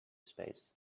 space